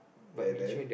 ya then